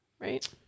right